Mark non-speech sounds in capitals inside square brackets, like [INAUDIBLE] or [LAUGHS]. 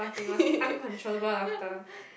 [LAUGHS]